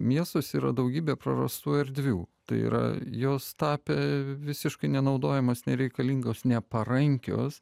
miestas yra daugybė prarastų erdvių tai yra jos tapę visiškai nenaudojamos nereikalingos neparankios